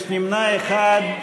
יש נמנע אחד.